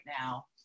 now